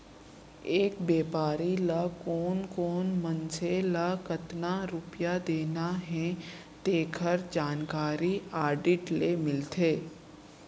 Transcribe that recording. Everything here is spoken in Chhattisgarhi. एक बेपारी ल कोन कोन मनसे ल कतना रूपिया देना हे तेखर जानकारी आडिट ले मिलथे